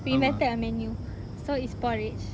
we invented a menu so is porridge